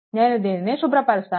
నేను దీని శుభ్రపరుస్తాను